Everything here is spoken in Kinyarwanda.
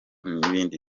n’ibindi